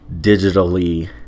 digitally